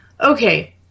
Okay